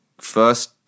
first